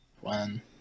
One